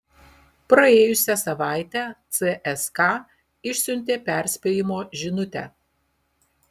praėjusią savaitę cska išsiuntė perspėjimo žinutę